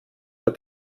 der